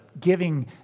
giving